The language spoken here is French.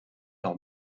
leur